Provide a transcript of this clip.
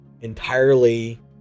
entirely